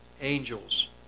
angels